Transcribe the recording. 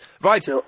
Right